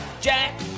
Jack